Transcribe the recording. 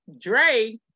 Dre